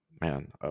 man